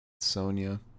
Sonya